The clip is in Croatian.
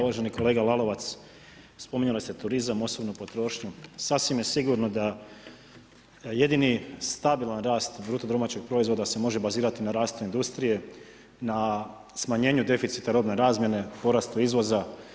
Uvaženi kolega Lalovac, spominjali ste turizam, osobnu potrošnju, sasvim je sigurno da jedini stabilan rast BDP-a se može bazirati na rastu industrije, na smanjenju deficita robne razmjene, porastu izvoza.